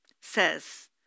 says